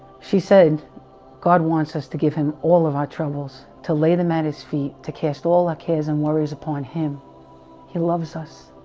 she said god wants us to give him all of our troubles to lay, them at his feet to cast all our cares and worries upon him he loves us